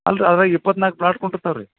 ಅಲ್ಲ ರೀ ಅದ್ರಾಗ ಇಪ್ಪತ್ನಾಲ್ಕು ಫ್ಲಾಟ್ ರೀ